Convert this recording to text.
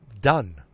Done